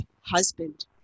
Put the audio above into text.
husband